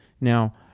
now